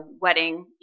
wedding